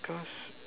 cause